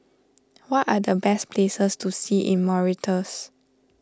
what are the best places to see in Mauritius